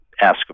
ask